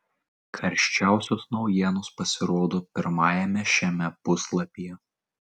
karščiausios naujienos pasirodo pirmajame šiame puslapyje